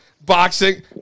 boxing